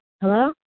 Hello